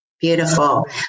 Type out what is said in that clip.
beautiful